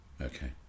Okay